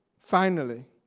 finally,